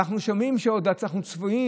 ואנחנו עוד שומעים שאנחנו צבועים.